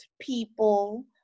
people